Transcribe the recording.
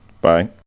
Bye